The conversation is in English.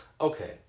Okay